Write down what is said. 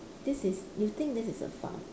this is you think this is a farm